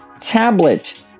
tablet